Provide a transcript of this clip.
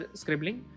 scribbling